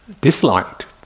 disliked